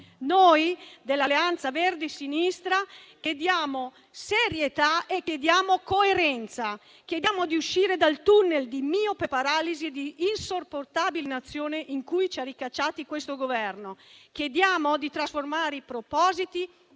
Noi dell'Alleanza Verdi e Sinistra chiediamo serietà e coerenza. Chiediamo di uscire dal *tunnel* di miope paralisi e di insopportabile inazione in cui ci ha ricacciati questo Governo. Chiediamo di trasformare i propositi